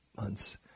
months